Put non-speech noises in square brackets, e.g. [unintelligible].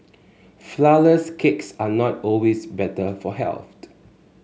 flourless cakes are not always better for [unintelligible]